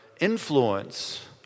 influence